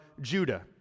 Judah